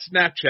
Snapchat